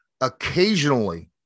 occasionally